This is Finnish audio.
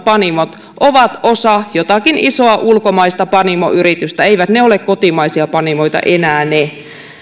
kotimaiset panimot ovat osa jotakin isoa ulkomaista panimoyritystä eivät ne ole kotimaisia panimoita enää ne